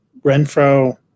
Renfro